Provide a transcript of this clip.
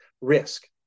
risk